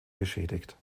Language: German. geschädigt